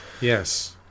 Yes